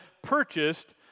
purchased